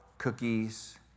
Cookies